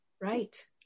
Right